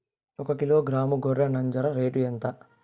ఒకకిలో గ్రాము గొర్రె నంజర రేటు ఎంత?